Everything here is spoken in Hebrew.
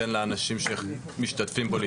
ואז ניתן לאנשים שמשתתפים בו להתבטא.